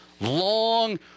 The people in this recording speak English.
long